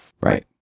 right